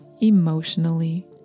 emotionally